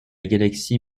galaxie